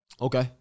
Okay